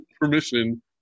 permission